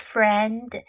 Friend